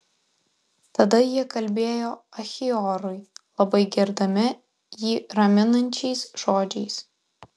tada jie kalbėjo achiorui labai girdami jį raminančiais žodžiais